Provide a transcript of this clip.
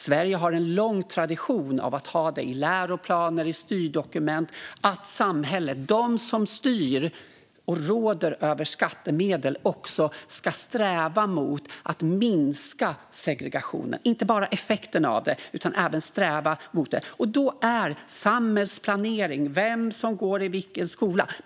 Sverige har en lång tradition av att ha med i läroplaner och i styrdokument att samhället, de som styr och råder över skattemedel, också ska sträva efter att minska segregationen - inte bara effekterna av den utan även sträva efter en minskning. Då blir det fråga om samhällsplanering - vem som går i vilken skola.